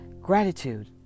gratitude